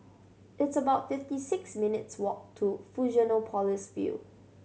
it's about fifty six minutes' walk to Fusionopolis View